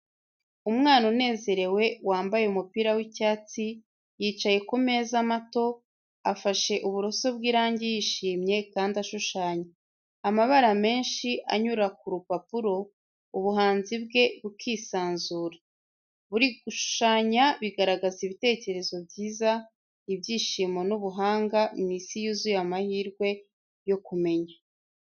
Umwana unezerewe, wambaye umupira w’icyatsi yicaye ku meza mato, afashe uburoso bw'irangi yishimye kandi ashushanya. Amabara menshi anyura ku rupapuro, ubuhanzi bwe bukisanzura. Buri gushushanya bigaragaza ibitekerezo byiza, ibyishimo n’ubuhanga mu isi yuzuye amahirwe yo kumenya.